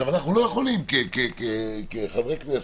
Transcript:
אנחנו לא יכולים, כחברי כנסת,